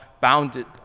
bounded